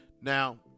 Now